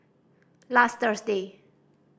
last Thursday